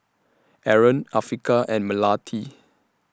Aaron Afiqah and Melati